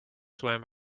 swam